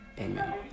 Amen